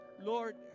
Lord